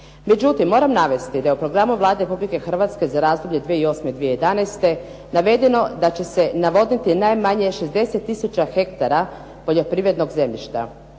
Međutim moram navesti da je u programu Vlade Republike Hrvatske za razdoblje 2008.-2011. navedeno da će se navodniti najmanje 60 tisuća hektara poljoprivrednog zemljišta,